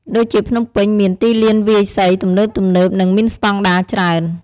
ដូចជាភ្នំពេញមាន ទីលានវាយសី ទំនើបៗ និងមានស្តង់ដារច្រើន។